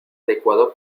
adecuado